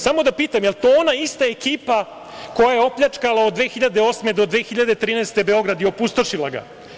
Samo da pitam, da li je to ona ista ekipa koja je opljačkala od 2008. do 2013. godine, Beograd i opustošila ga?